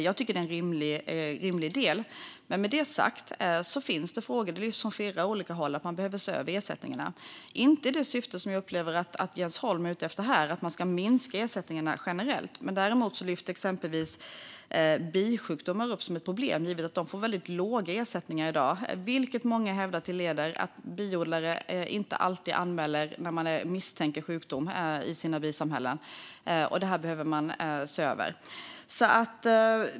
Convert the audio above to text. Jag tycker att det är en rimlig del, men med detta sagt finns det ändå frågor. Det lyfts fram från flera olika håll att man behöver se över ersättningarna, dock inte i det syfte som jag upplever att Jens Holm är ute efter, det vill säga att man ska minska ersättningarna generellt. Däremot lyfts exempelvis bisjukdomar upp som ett problem givet att sådana ger väldigt låga ersättningar i dag, vilket många hävdar leder till att biodlare inte alltid anmäler när man misstänker sjukdom i sina bisamhällen. Det här behöver man se över.